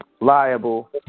liable